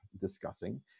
discussing